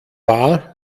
war